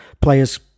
players